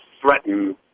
threaten